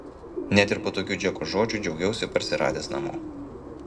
net ir po tokių džeko žodžių džiaugiausi parsiradęs namo